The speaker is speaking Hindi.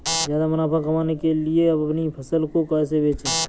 ज्यादा मुनाफा कमाने के लिए अपनी फसल को कैसे बेचें?